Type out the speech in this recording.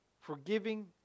forgiving